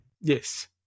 Yes